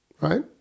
right